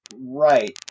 right